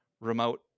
remote